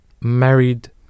married